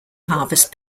harvest